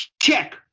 check